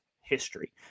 history